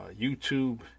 YouTube